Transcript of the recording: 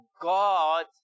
God